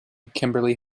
kimberly